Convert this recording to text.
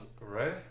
right